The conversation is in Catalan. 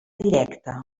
directa